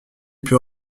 plus